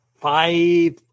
five